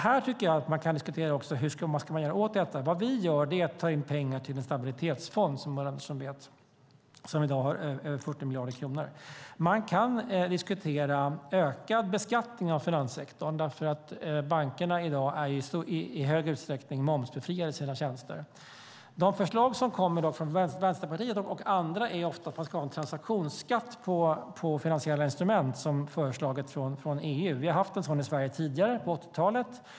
Här tycker jag att man kan diskutera vad som ska göras åt detta. Vi tar in pengar till en stabilitetsfond, som Ulla Andersson vet. I dag finns över 40 miljarder kronor i den. Man kan diskutera ökad beskattning av finanssektorn. Bankernas tjänster är i dag i hög utsträckning momsbefriade. De förslag som kommer från Vänsterpartiet och andra är ofta att det ska läggas en transaktionsskatt på finansiella instrument, som har föreslagits från EU. Vi har haft en sådan skatt tidigare på 80-talet.